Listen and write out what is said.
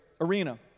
arena